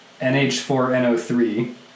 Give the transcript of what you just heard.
NH4NO3